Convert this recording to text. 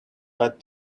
but